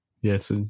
Yes